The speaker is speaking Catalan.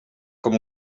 com